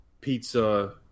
pizza